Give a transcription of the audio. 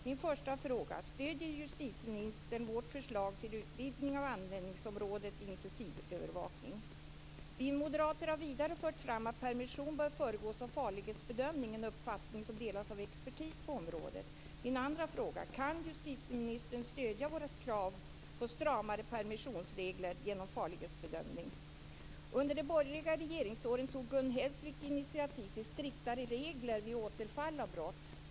Min första fråga: Stöder justitieministern vårt förslag till utvidgning av användningsområdet vid intensivövervakning? Vi moderater har vidare fört fram att permission bör föregås av farlighetsbedömning, en uppfattning som delas av expertis på området. Min andra fråga: Kan justitieministern stödja vårt krav på stramare permissionsregler genom farlighetsbedömning? Under de borgerliga regeringsåren tog Gun Hellsvik initiativ till striktare regler vid återfall i brott.